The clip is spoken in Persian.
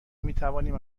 میتوانیم